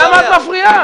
למה את מפריעה?